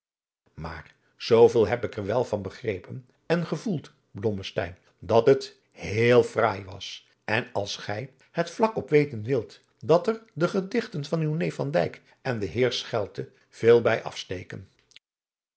maar zooveel heb ik er wel van begrepen en gevoeld blommesteyn dat het heel fraai was en als gij het vlak op weten wilt dat er de gedichten van uw neef van dyk en den heer schelte veel bij afsteken